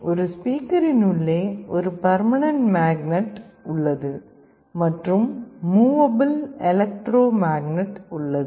ஒரு ஸ்பீக்கரின் உள்ளே ஒரு பர்மனென்ட் மேக்னட் உள்ளது மற்றும் மூவபிள் எலக்ட்ரோ மேக்னட் உள்ளது